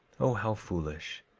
o how foolish,